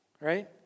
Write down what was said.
right